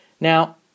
Now